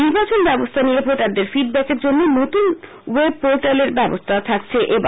নির্বাচন ব্যবস্হা নিয়ে ভোটারদের ফিডব্যাকের জন্য নতুন ওয়েব পোর্টালের ব্যবস্হা থাকছে এবার